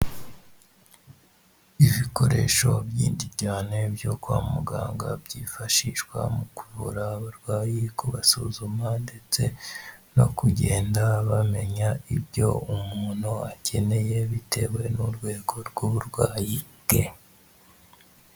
Ibikoresho byinshi cyane byo kwa muganga byifashishwa mu kuvura abarwayi, kubasuzuma ndetse no kugenda bamenya ibyo umuntu akeneye bitewe n'urwego rw'uburwayi bwe.